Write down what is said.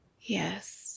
Yes